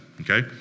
okay